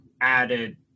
added